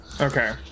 Okay